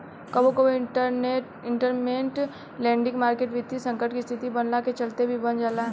कबो कबो इंटरमेंट लैंडिंग मार्केट वित्तीय संकट के स्थिति बनला के चलते भी बन जाला